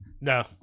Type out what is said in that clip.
No